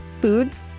foods